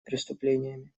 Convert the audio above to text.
преступлениями